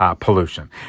pollution